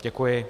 Děkuji.